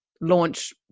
launch